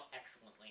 excellently